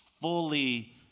fully